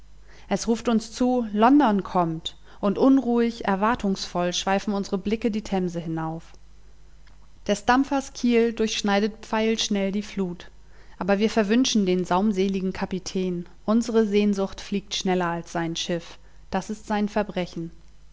es ruft uns zu london kommt und unruhig erwartungsvoll schweifen unsere blicke die themse hinauf des dampfers kiel durchschneidet pfeilschnell die flut aber wir verwünschen den saumseligen kapitän unsere sehnsucht fliegt schneller als sein schiff das ist sein verbrechen